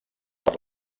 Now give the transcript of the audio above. per